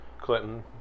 Clinton